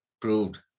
proved